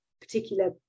particular